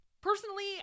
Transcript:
Personally